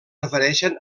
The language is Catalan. refereixen